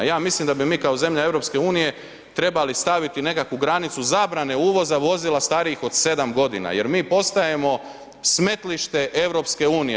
Ja mislim da bi mi kao zemlja EU trebali staviti nekakvu granicu zabrane uvoza vozila starijih od 7 godina jer mi postajemo smetliše EU.